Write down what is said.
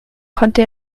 konnte